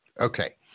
Okay